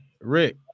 Rick